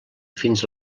fins